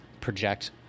project